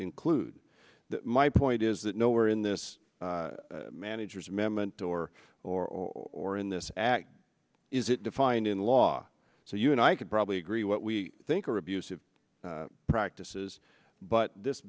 include my point is that nowhere in this manager's amendment or or or in this act is it defined in law so you and i could probably agree what we think are abusive practices but this